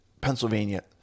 Pennsylvania